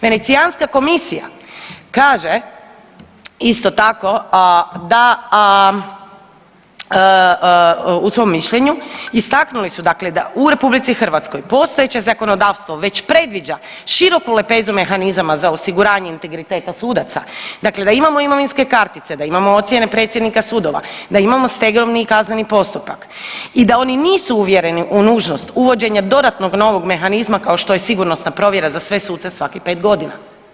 Venecijanska komisija kaže isto tako da, u svom mišljenju istaknuli su dakle da u RH postojeće zakonodavstvo već predviđa široku lepezu mehanizama za osiguranje integriteta sudaca, dakle da imamo imovinske kartice, da imamo ocjene predsjednika sudova, da imamo stegovni i kazneni postupak i da oni nisu uvjereni u nužnost uvođenja dodatnog novog mehanizma kao što je sigurnosna provjera za sve suce svakih 5.g.